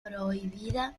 prohibida